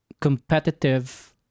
competitive